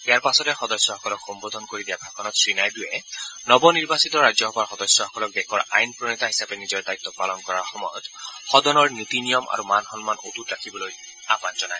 ইয়াৰ পাছতে সদস্যসকলক সম্বোধন কৰি দিয়া ভাষণত শ্ৰীনাইডুয়ে নৱনিৰ্বাচিত ৰাজ্যসভাৰ সদস্যসকলক দেশৰ আইন প্ৰণেতা হিচাপে নিজৰ দায়িত্ব পালন কৰাৰ সময়ত সদনৰ নীতি নিয়ম আৰু মান সন্মানক অটুট ৰাখিবলৈ আহান জনায়